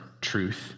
truth